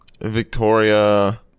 Victoria